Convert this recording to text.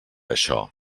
això